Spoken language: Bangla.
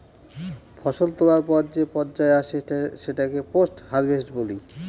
ফসল তোলার পর যে পর্যায় আসে সেটাকে পোস্ট হারভেস্ট বলি